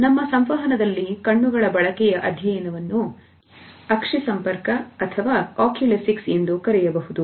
ನಮ್ಮ ಸಂವಹನದಲ್ಲಿಕಣ್ಣುಗಳ ಬಳಕೆಯ ಅಧ್ಯಯನವನ್ನು ಸಂಪರ್ಕ ಅಥವಾ oculesics ಎಂದು ಕರೆಯಬಹುದು